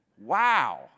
Wow